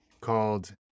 called